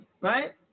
Right